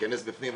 תיכנס בפנים,